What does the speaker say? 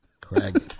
Craig